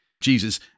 Jesus